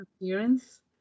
appearance